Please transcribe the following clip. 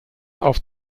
auf